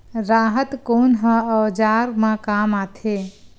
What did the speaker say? राहत कोन ह औजार मा काम आथे?